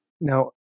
Now